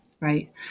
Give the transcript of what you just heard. right